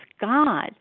God